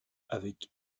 avec